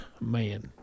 man